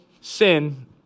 sin